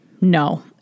No